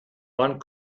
wann